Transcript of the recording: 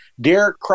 Derek